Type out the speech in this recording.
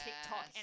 TikTok